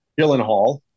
Gyllenhaal